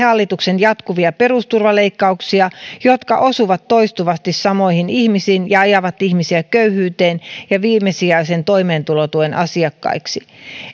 hallituksen jatkuvia perusturvaleikkauksia jotka osuvat toistuvasti samoihin ihmisiin ja ajavat ihmisiä köyhyyteen ja viimesijaisen toimeentulotuen asiakkaiksi